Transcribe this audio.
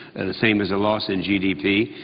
the same as a loss in g d p.